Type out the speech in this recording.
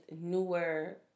newer